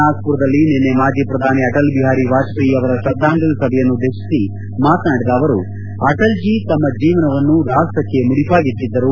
ನಾಗಮರದಲ್ಲಿ ನಿನ್ನೆ ಮಾಜಿ ಪ್ರಧಾನಿ ಅಟಲ್ ಬಿಹಾರಿ ವಾಜಪೇಯಿ ಅವರ ಶ್ರದ್ದಾಂಜಲಿ ಸಭೆಯನ್ನು ಉದ್ಲೇಶಿಸಿ ಮಾತನಾಡಿದ ಅವರು ಅಟಲ್ಜಿ ತಮ್ಮ ಜೀವನವನ್ನು ರಾಷ್ಟಕ್ಕೆ ಮುಡಿಪಾಗಿಟ್ಟಿದ್ದರು